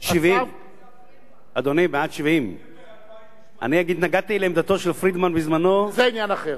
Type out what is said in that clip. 70, 70. אדוני, בעד 70. ספטמבר 2008,